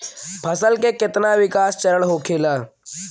फसल के कितना विकास चरण होखेला?